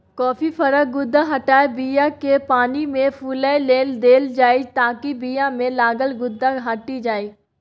coffee फरक गुद्दा हटाए बीयाकेँ पानिमे फुलए लेल देल जाइ ताकि बीयामे लागल गुद्दा हटि जाइ